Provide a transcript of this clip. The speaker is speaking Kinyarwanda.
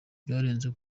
byarenze